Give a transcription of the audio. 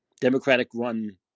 Democratic-run